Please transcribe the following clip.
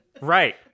Right